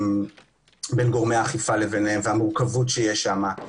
בין גורמי האכיפה לבינם והמורכבות שיש שם,